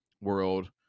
world